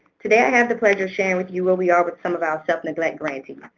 today i have the pleasure of sharing with you where we are with some of our self-neglect grantees.